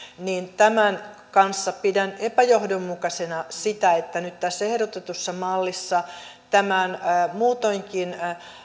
niin tämän kanssa pidän epäjohdonmukaisena sitä että nyt tässä ehdotetussa mallissa tämän muutoinkin